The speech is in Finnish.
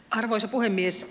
arvoisa puhemies